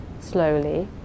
slowly